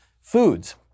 Foods